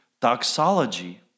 doxology